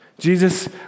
Jesus